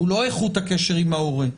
הוא לא איכות הקשר עם ההורה.